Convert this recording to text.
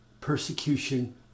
Persecution